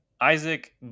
Isaac